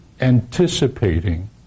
anticipating